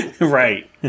Right